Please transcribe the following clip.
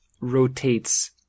rotates